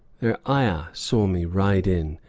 their ayah saw me ride in,